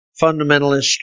fundamentalist